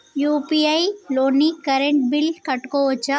UPI తోని current bill కట్టుకోవచ్ఛా?